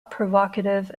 provocative